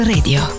Radio